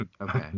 okay